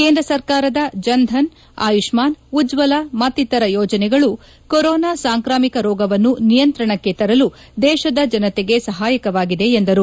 ಕೇಂದ್ರ ಸರ್ಕಾರದ ಜನ್ಧನ್ ಆಯುಷ್ಠಾನ್ ಉಜ್ವಲ ಮತ್ತಿತರ ಯೋಜನೆಗಳು ಕೊರೋನಾ ಸಾಂಕ್ರಾಮಿಕ ರೋಗವನ್ನು ನಿಯಂತ್ರಣಕ್ಕೆ ತರಲು ದೇಶದ ಜನಶೆಗೆ ಸಹಾಯಕವಾಗಿವೆ ಎಂದರು